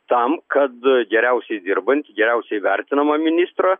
tam kad geriausiai dirbant geriausiai vertinamą ministrą